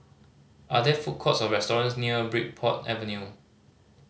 are there food courts or restaurants near Bridport Avenue